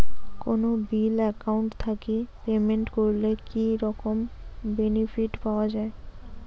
কোনো bill account থাকি payment করলে কি রকম বেনিফিট পাওয়া য়ায়?